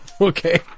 Okay